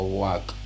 work